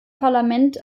parlament